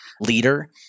leader